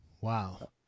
Wow